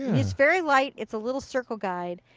it's very light. it's a little circle guide.